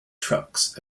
trucks